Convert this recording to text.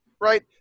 right